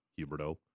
Huberto